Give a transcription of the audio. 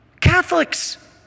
Catholics